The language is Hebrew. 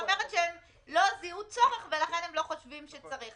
היא אומרת שהם לא זיהו צורך ולכן הם לא חושבים שצריך.